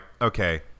Okay